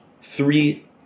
three